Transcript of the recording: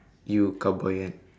you cowboy kan